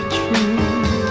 true